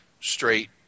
straight